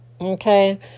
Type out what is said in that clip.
Okay